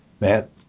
Matt